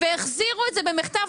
החזירו את זה במחטף.